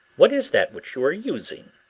what is that which you are using?